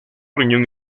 riñón